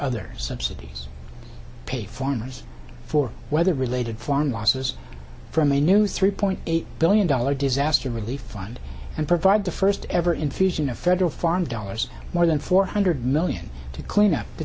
other subsidies pay farmers for weather related farm losses from a new three point eight billion dollars disaster relief fund and provide the first ever infusion of federal farm dollars more than four hundred million to clean up the